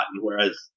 Whereas